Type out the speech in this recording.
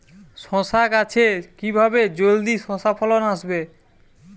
শশা গাছে কিভাবে জলদি শশা ফলন আসবে?